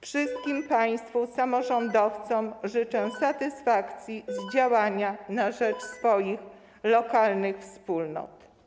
Wszystkim państwu samorządowcom życzę satysfakcji z działania na rzecz swoich lokalnych wspólnot.